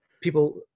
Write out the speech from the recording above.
people